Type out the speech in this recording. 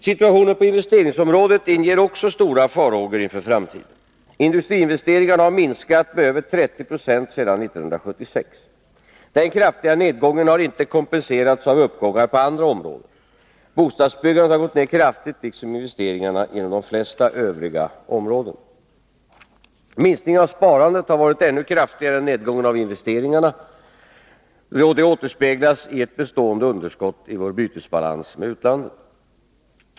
Situationen på investeringsområdet inger också stora farhågor inför framtiden. Industriinvesteringarna har minskat med över 30 96 sedan 1976. Denna kraftiga nedgång har inte kompenserats av uppgångar på andra områden. Bostadsbyggandet har gått ner kraftigt, liksom investeringarna inom de flesta övriga områden. Minskningen av sparandet har varit ännu kraftigare än nedgången av investeringarna, något som återspeglas i ett bestående underskott i vår bytesbalans med utlandet.